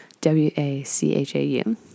W-A-C-H-A-U